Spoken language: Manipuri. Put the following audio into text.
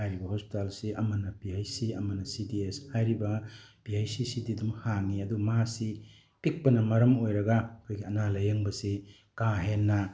ꯍꯥꯏꯔꯤꯕ ꯍꯣꯁꯄꯤꯇꯥꯜ ꯑꯁꯤ ꯑꯃꯅ ꯄꯤ ꯍꯩꯆ ꯁꯤ ꯑꯃꯅ ꯁꯤ ꯗꯤ ꯑꯦꯁ ꯍꯥꯏꯔꯤꯕ ꯄꯤ ꯍꯩꯆ ꯁꯤ ꯁꯤꯗꯤ ꯑꯗꯨꯝ ꯍꯥꯡꯏ ꯑꯗꯨ ꯃꯥꯁꯤ ꯄꯤꯛꯄꯅ ꯃꯔꯝ ꯑꯣꯏꯔꯒ ꯑꯩꯈꯣꯏꯒꯤ ꯑꯅꯥ ꯂꯥꯏꯌꯦꯡꯕꯁꯤ ꯀꯥꯍꯦꯟꯅ